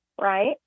right